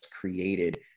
created